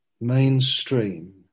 mainstream